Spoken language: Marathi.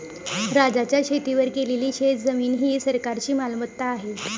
राज्याच्या शेतीवर केलेली शेतजमीन ही सरकारची मालमत्ता आहे